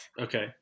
Okay